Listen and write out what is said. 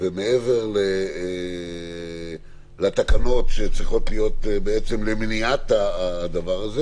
ומעבר לתקנות שצריכות להיות למניעת הדבר הזה